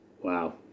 Wow